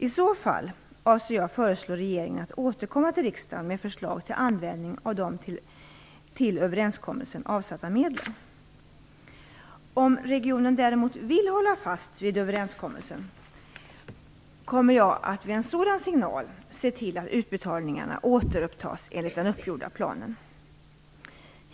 I så fall avser jag föreslå regeringen att återkomma till riksdagen med förslag till användning av de till överenskommelsen avsatta medlen. Om regionen däremot vill hålla fast vid överenskommelsen kommer jag vid en sådan signal se till att utbetalningarna återupptas enligt den uppgjorda planen.